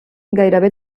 gairebé